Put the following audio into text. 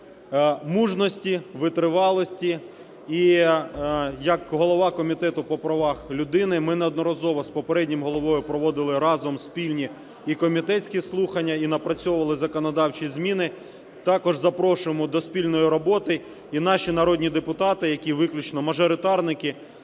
мужності, витривалості. І як голова Комітету по правах людини ми неодноразово з попереднім головою проводили разом спільні і комітетські слухання, і напрацьовували законодавчі зміни. Також запрошуємо до спільної роботи. І наші народні депутати, які виключно мажоритарники,